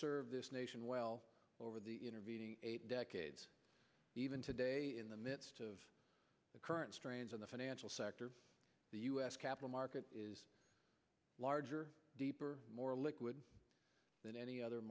served this nation well over the intervening decades even today in the midst of the current strains in the financial sector the us capital market is larger deeper more liquid than any other